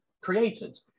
created